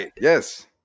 yes